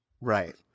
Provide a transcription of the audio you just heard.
Right